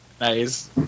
Nice